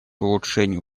улучшению